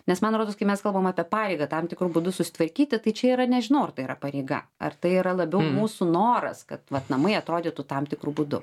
nes man rodos kai mes kalbam apie pareigą tam tikru būdu susitvarkyti tai čia yra nežinau ar tai yra pareiga ar tai yra labiau mūsų noras kad vat namai atrodytų tam tikru būdu